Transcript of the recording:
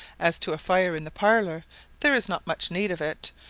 as to a fire in the parlour there is not much need of it,